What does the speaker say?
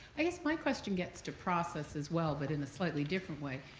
i guess my question gets to process as well, but in a slightly different way.